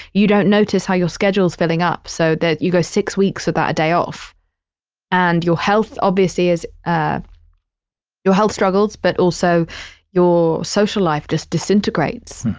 you don't notice how your schedules filling up so that you go six weeks without a day off and your health obviously as, ah your health struggles, but also your social life just disintegrates.